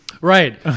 Right